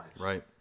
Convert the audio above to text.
right